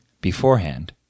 beforehand